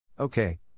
Okay